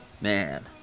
Man